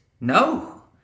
No